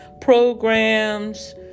programs